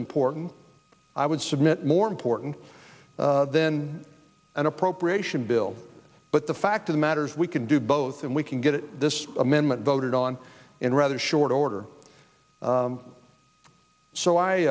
important i would submit more important then an appropriation bill but the fact of the matter is we can do both and we can get this amendment voted on in rather short order so i